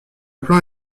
plan